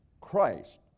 Christ